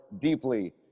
deeply